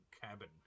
cabin